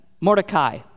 Mordecai